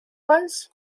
was